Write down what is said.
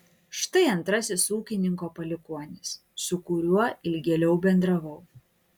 štai antrasis ūkininko palikuonis su kuriuo ilgėliau bendravau